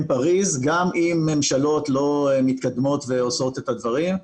פאריז גם אם ממשלות לא מתקדמות ועושות את הדברים.